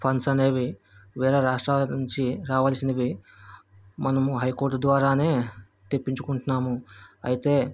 funds అనేవి వేరే రాష్ట్రాల నుంచి రావాల్సినవి మనము హై కోర్టు ద్వారానే తెప్పించుకుంటున్నాము అయితే